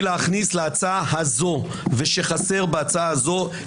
להכניס להצעה הזאת ושחסר בהצעה הזאת,